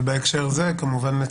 וכמובן בהקשר זה נציין